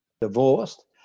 divorced